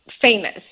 famous